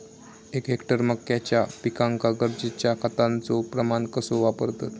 एक हेक्टर मक्याच्या पिकांका गरजेच्या खतांचो प्रमाण कसो वापरतत?